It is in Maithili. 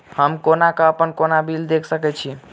हम कोना कऽ अप्पन कोनो बिल देख सकैत छी?